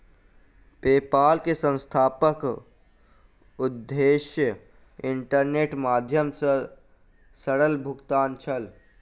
PayPal के संस्थापकक उद्देश्य इंटरनेटक माध्यम सॅ सरल भुगतान छल